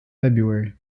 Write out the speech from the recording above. february